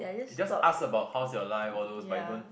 it just ask about how's your life all those but it don't